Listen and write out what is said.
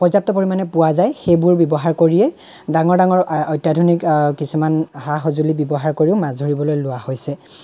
পৰ্যাপ্ত পৰিমাণে পোৱা যায় সেইবোৰ ব্যৱহাৰ কৰিয়েই ডাঙৰ ডাঙৰ অত্যাধুনিক কিছুমান সা সজুলি ব্যৱহাৰ কৰিও মাছ ধৰিবলৈ লোৱা হৈছে